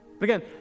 Again